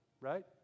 right